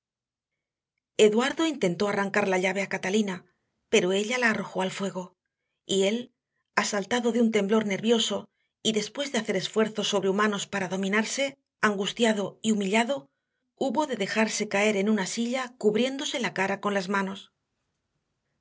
eduardo intentó arrancar la llave a catalina pero ella la arrojó al fuego y él asaltado de un temblor nervioso y después de hacer esfuerzos sobrehumanos para dominarse angustiado y humillado hubo de dejarse caer en una silla cubriéndose la cara con las manos